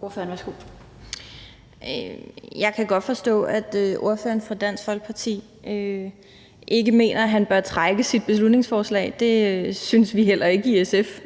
Berthelsen (SF): Jeg kan godt forstå, at ordføreren fra Dansk Folkeparti ikke mener, at han bør trække sit beslutningsforslag. Det synes vi heller ikke i SF